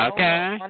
Okay